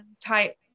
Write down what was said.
type